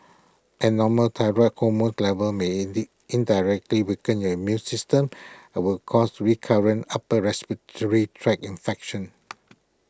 abnormal thyroid hormone levels may lid indirectly weaken your immune system and would cause recurrent upper respiratory tract infections